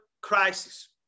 crisis